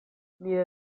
nire